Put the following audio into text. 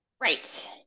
Right